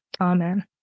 Amen